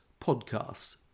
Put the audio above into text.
podcast